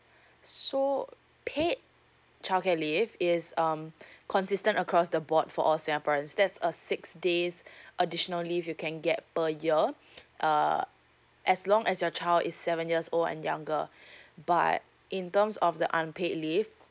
so paid childcare leave is um consistent across the board for all singaporeans that's a six days additionally you can get per year uh as long as your child is seven years old and younger but in terms of the unpaid leave